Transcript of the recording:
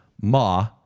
Ma